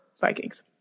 Vikings